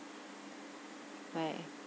right